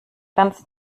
ganz